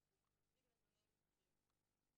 והוא מציג נתונים מחרידים.